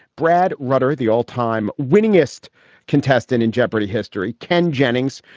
brad rutter, the all time winningest contestant in jeopardy history. ken jennings,